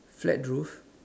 flat roof